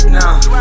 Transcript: now